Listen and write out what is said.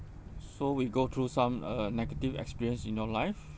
so we go through some uh negative experience in your life